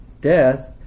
Death